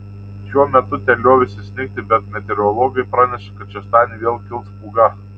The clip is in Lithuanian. šiuo metu ten liovėsi snigti bet meteorologai praneša kad šeštadienį vėl kils pūga